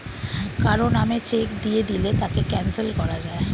কারো নামে চেক দিয়ে দিলে তাকে ক্যানসেল করা যায়